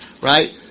right